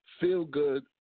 feel-good